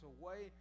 away